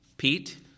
Pete